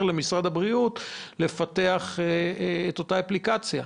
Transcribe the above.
למשרד הבריאות לפתח את אותה אפליקציה.